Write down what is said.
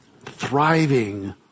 thriving